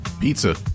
Pizza